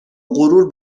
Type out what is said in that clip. غرور